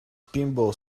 pinball